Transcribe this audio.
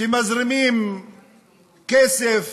שמזרימים כסף